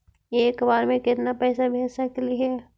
एक बार मे केतना पैसा भेज सकली हे?